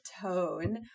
tone